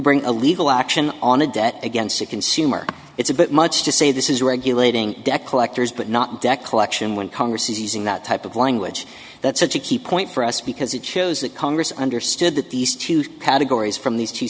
bring a legal action on a debt against a consumer it's a bit much to say this is regulating debt collectors but not debt collection when congress is using that type of language that's such a key point for us because it shows that congress understood that these two categories from these two